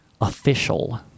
official